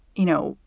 you know,